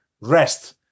rest